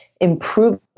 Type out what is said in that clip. improving